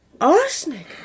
Arsenic